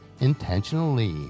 intentionally